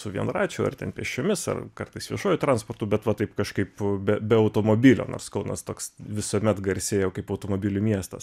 su vienračiu ar ten pėsčiomis ar kartais viešuoju transportu bet va taip kažkaip be be automobilio nors kaunas toks visuomet garsėjo kaip automobilių miestas